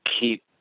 keep